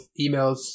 emails